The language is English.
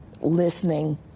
listening